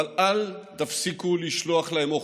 אבל אל תפסיקו לשלוח להם אוכל.